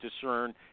discern